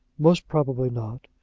most probably not.